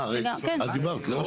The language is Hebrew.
את דיברת, לא?